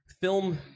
film